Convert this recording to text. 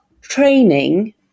training